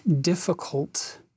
difficult